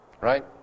right